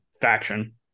faction